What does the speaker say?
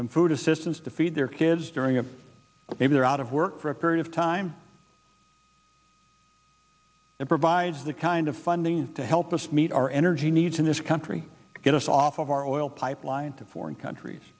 some food assistance to feed their kids during a maybe they're out of work for a period of time that provides the kind of funding to help us meet our energy needs in this country get us off of our oil pipeline to foreign countries